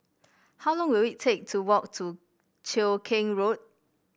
how long will it take to walk to Cheow Keng Road